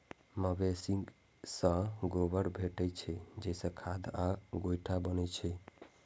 मवेशी सं गोबरो भेटै छै, जइसे खाद आ गोइठा बनै छै